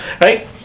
Right